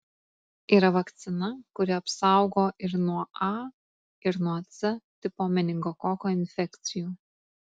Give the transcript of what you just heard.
yra vakcina kuri apsaugo ir nuo a ir nuo c tipo meningokoko infekcijų